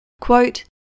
Quote